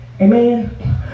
Amen